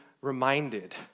reminded